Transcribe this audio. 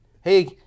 Hey